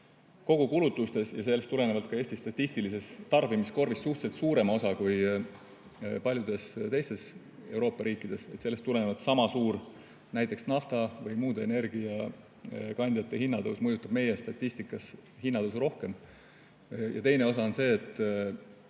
kogukulutustes ja sellest tulenevalt ka Eesti statistilises tarbimiskorvis suhteliselt suurema osa kui paljudes teistes Euroopa riikides. Sellest tulenevalt näiteks sama suur nafta või muude energiakandjate hinna tõus mõjutab meie statistikas hinnatõusu rohkem. Teine osa on see, et